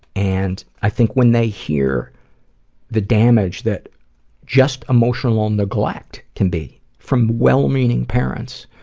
and, i think when they hear the damage that just emotional neglect can be, from well-meaning parents,